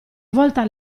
volta